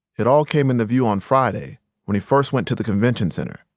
it all came into view on friday when he first went to the convention center.